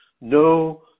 No